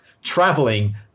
traveling